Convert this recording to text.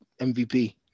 MVP